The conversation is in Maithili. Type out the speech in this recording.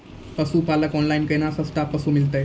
पशुपालक कऽ ऑनलाइन केना सस्ता पसु मिलतै?